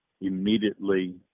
Immediately